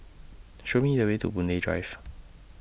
Show Me The Way to Boon Lay Drive